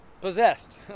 possessed